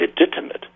legitimate